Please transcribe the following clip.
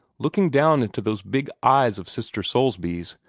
looking down into those big eyes of sister soulsby's,